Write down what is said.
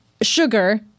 sugar